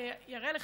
אני אראה לך.